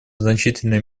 значительной